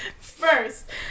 First